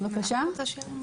ירימו את היד.